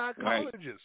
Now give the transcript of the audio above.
psychologists